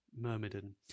Myrmidon